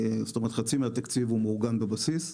זאת אומרת, חצי מהתקציב מעוגן בבסיס,